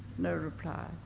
no reply.